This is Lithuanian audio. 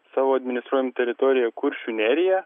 savo administruojam teritoriją kuršių neriją